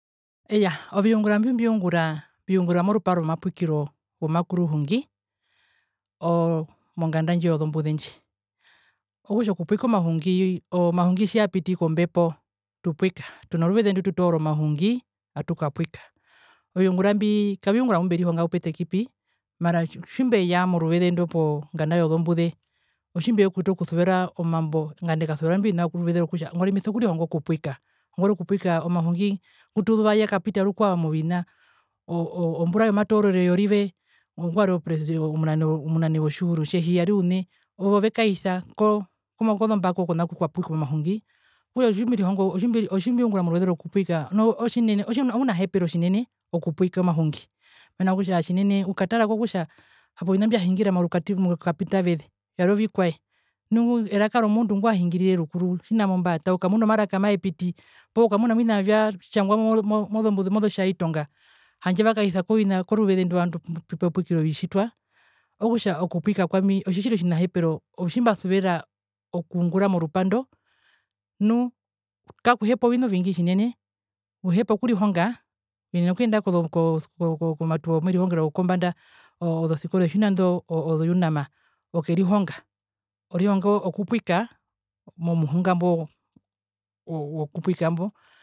Iyaa oviungura mbimbiungura mbiungura morupa romapwikiro womakuruhungi oo monganda ndji yozombuze ndji okutja okupwika omahungi omahungi tjiyapiti kombepo tupwika tuno ruveze ndutoora omahungi atukapwika oviungura mbi kaviungura mbimberihonga pupetekipi mara tjimbeya moruveze ndo monganda yozombuze otjimbauta okusuvera omambo nganda ekasuvera imbio vina vyokutja nangwarimbiso kurihonga okupwika nangwari okupwika omahungi ngutuzuva yakapita rukwao movina oo o omura yomatoororero yorive ngwari opresindent omunane wotjihuro tjehi yari une owo vekaisa kozombako kona kukwapwikwa omahungi okutja otjimbirihonga otjimbiungura moruveze rokupwika nu otjine ounahepero tjinene okupwika omahungi mena rokutja tjinene ukatara kokutja hapo ovina mbiahingira morukapita veze yari ovikwae nu eraka romundu ngwahingirire rukuru tjimuna imba mbata ukamuna omaraka maepiti poo ukamuna ovina vyatjangwa mozombuze mozotjaitonga handje vakaisa kovina koruveze indo pupepwikirwa ovitjitwa okutja okupwika kwami otji tji tjiri otjinahepero otjimbasuvera okungura morupa ndo nu kakuhepa ovina ovingi tjinene uhepa okurihonga uyenena okuyenda koo zo komatuwo womerihongero wokombanda oo ozotjikore tjimuna ozo unam okerihonga orihongo kupwika.